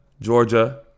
Georgia